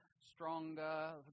stronger